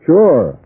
Sure